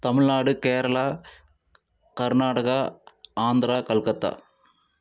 Tamil Nadu Kerala Karnataka Andhra Calcutta